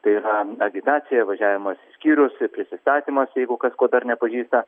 tai yra agitacija važiavimas į skyrius ir prisistatymas jeigu kas ko dar nepažįsta